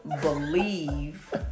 believe